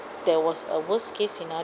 there was a worst case